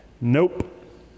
nope